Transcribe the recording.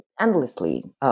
endlessly